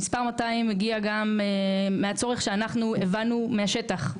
המספר 200 הגיע גם מהצורך שאנחנו הבנו מהשטח.